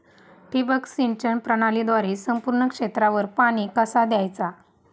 ठिबक सिंचन प्रणालीद्वारे संपूर्ण क्षेत्रावर पाणी कसा दयाचा?